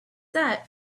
set